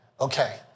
okay